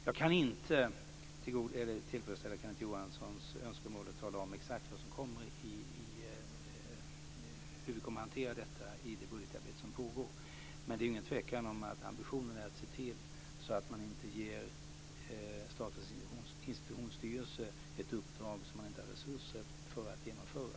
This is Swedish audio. Jag kan inte tillfredsställa Kenneth Johanssons önskemål och tala om exakt hur vi kommer att hantera detta i det budgetarbete som pågår, men det är ingen tvekan om att ambitionen är att se till att man inte ger Statens institutionsstyrelse ett uppdrag som den inte har resurser för att genomföra.